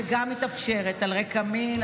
שגם מתאפשרת על רקע מין,